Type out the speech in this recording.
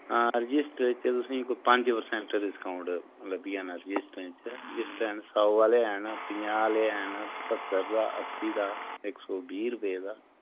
हां रजिस्टरें च तुसें कोई पंज परसैंट डिस्काउंट लब्भी जाना रजिस्टरें च रजिस्टर हैन सौ आह्ले हैन प'ञां आह्ले हैन स्हत्तर दा अस्सी दा इक सौ बीह् रपेऽ दा